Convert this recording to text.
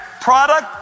product